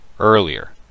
earlier